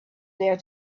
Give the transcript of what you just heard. there